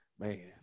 Man